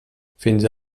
fins